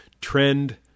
Trend